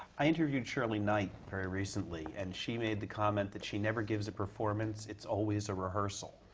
i interviewed shirley knight very recently. and she made the comment that she never gives a performance it's always a rehearsal.